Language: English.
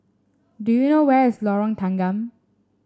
do you know where is Lorong Tanggam